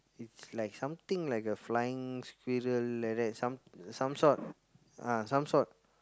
it's like something like a flying squirrel like that some some sort ah some sort